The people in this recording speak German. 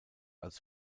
als